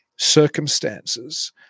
circumstances